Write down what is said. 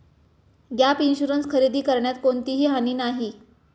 gap insurance खरेदी करण्यात कोणतीही हानी नाही